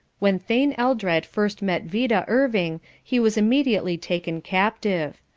when thane eldred first met vida irving he was immediately taken captive.